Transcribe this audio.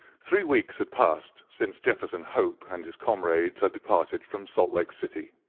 three weeks had passed since jefferson hope and his comrades had departed from salt lake city.